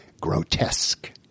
grotesque